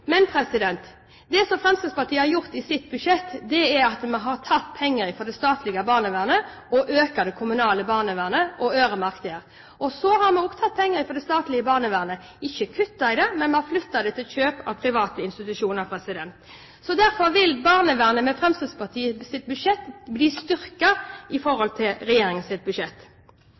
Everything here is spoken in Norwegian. Det som Fremskrittspartiet har gjort i sitt budsjett, er at vi har tatt penger fra det statlige barnevernet, økt det kommunale barnevernet og øremerket det. Vi har også tatt penger fra det statlige barnevernet og ikke kuttet i det, men flyttet dem til kjøp av private institusjoner. Derfor vil barnevernet med Fremskrittspartiets budsjett bli styrket i forhold til regjeringens budsjett. Det er flott at det nå kommer 210 mill. ekstra kroner til det kommunale barnevernet, som regjeringen